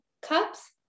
cups